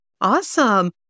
Awesome